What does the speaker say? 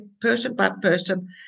person-by-person